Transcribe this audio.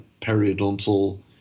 periodontal